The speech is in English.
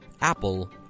Apple